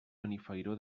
benifairó